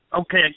Okay